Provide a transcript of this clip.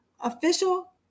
Official